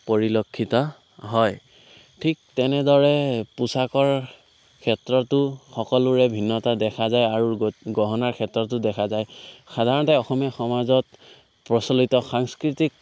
পৰিলক্ষিত হয় ঠিক তেনেদৰে পোচাকৰ ক্ষেত্ৰতো সকলোৰে ভিন্নতা দেখা যায় আৰু গহনাৰ ক্ষেত্ৰতো দেখা যায় সাধাৰণতে অসমীয়া সমাজত প্ৰচলিত সাংস্কৃতিক